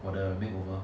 我的 makeover